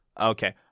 Okay